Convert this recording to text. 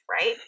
right